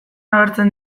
agertzen